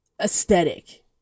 aesthetic